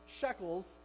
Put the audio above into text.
shekels